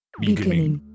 beginning